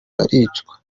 baricwa